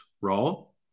role